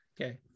Okay